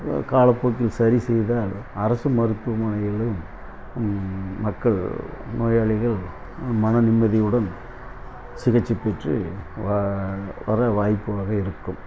காலப்போக்கில் சரி செய்தால் அரசு மருத்துவமனைகளிலும் மக்கள் நோயாளிகள் மனநிம்மதியுடன் சிகிச்சைப் பெற்று வ வர வாய்ப்புகள் இருக்கும்